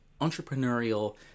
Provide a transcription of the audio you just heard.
entrepreneurial